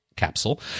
Capsule